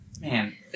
Man